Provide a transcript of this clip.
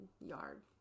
yard